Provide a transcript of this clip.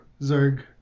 zerg